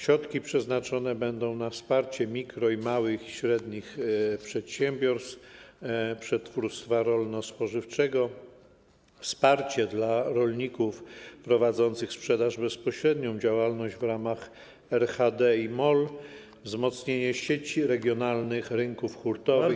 Środki przeznaczone będą na wsparcie mikro-, małych i średnich przedsiębiorstw przetwórstwa rolno-spożywczego, wsparcie dla rolników prowadzących sprzedaż bezpośrednią, działalność w ramach RHD i MOL, wzmocnienie sieci regionalnych rynków hurtowych.